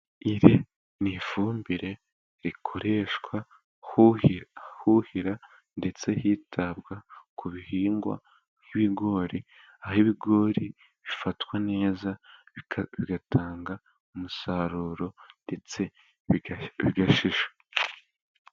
Iri ni ifumbire rikoreshwa buhira ndetse hitabwa ku bihingwa by'ibigori, aho ibigori bifatwa neza bigatanga umusaruro ndetse bigashisha.